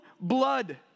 blood